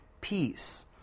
peace